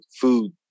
food